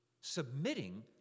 submitting